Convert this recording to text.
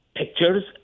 Pictures